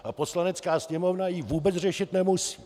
A Poslanecká sněmovna ji vůbec řešit nemusí.